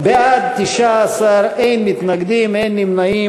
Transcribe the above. בעד, 19, אין מתנגדים, אין נמנעים.